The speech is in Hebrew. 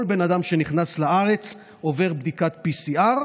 שכל בן אדם שנכנס לארץ עובר בדיקת PCR,